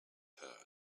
her